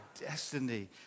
destiny